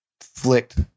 flicked